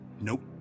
Nope